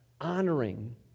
honoring